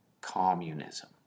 communism